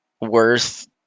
worth